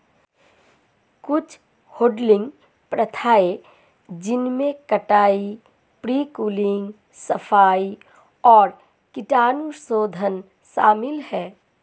कुछ हैडलिंग प्रथाएं जिनमें कटाई, प्री कूलिंग, सफाई और कीटाणुशोधन शामिल है